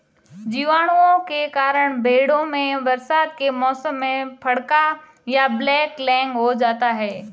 जीवाणुओं के कारण भेंड़ों में बरसात के मौसम में फड़का या ब्लैक लैग हो जाता है